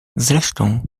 zresztą